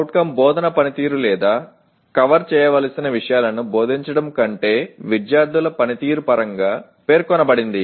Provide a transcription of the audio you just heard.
CO బోధన పనితీరు లేదా కవర్ చేయవలసిన విషయాలను బోధించడం కంటే విద్యార్థుల పనితీరు పరంగా పేర్కొనబడింది